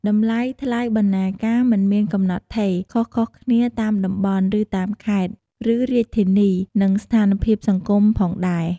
តម្លៃថ្លៃបណ្ណាការមិនមានកំណត់ថេរ ខុសៗគ្នាតាមតំបន់ ឬតាមខេត្ត ឬរាជធានី និងស្ថានភាពសង្គមផងដែរ។